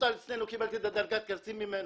שנפטר אצלנו, קיבלתי את דרגת הקצין ממנו.